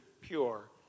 pure